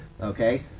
okay